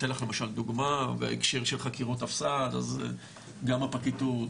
אני אתן לך למשל דוגמה בהקשר של חקירות הפס"ד אז גם הפרקליטות,